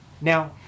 Now